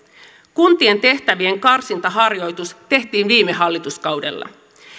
kuntien tehtävien karsintaharjoitus tehtiin viime hallituskaudella